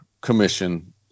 commission